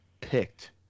picked